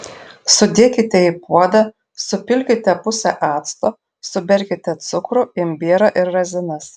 sudėkite į puodą supilkite pusę acto suberkite cukrų imbierą ir razinas